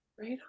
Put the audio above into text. right